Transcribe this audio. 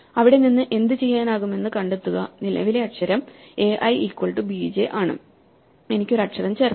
അവിടെ നിന്ന് എന്തുചെയ്യാനാകുമെന്ന് കണ്ടെത്തുക നിലവിലെ അക്ഷരം ai equal to b j ആണ് എനിക്ക് ഒരു അക്ഷരം ചേർക്കാം